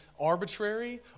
arbitrary